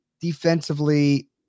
Defensively